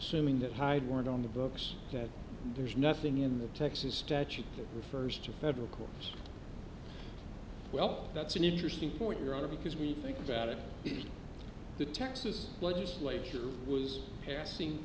assuming that hyde weren't on the books that there's nothing in the texas statute that refers to a federal court well that's an interesting point your honor because we think that it is the texas legislature was passing